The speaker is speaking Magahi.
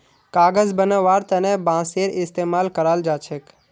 कागज बनव्वार तने बांसेर इस्तमाल कराल जा छेक